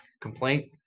complaint